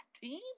team